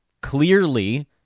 clearly